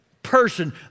person